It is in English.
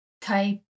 Type